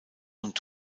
und